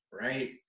right